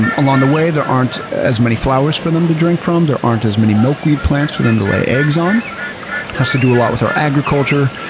and along the way there aren't as many flowers for them to drink from. there aren't as many milkweed plants for them to lay eggs on. it has to do a lot with our agriculture.